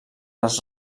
les